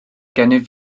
gennyf